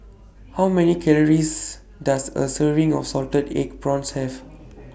How Many Calories Does A Serving of Salted Egg Prawns Have